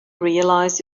realize